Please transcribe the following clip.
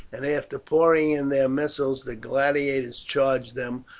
and after pouring in their missiles the gladiators charged them,